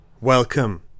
Welcome